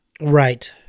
Right